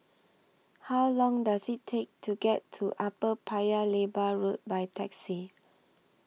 How Long Does IT Take to get to Upper Paya Lebar Road By Taxi